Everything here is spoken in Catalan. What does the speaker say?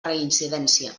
reincidència